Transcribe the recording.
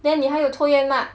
then 你还有抽烟 mah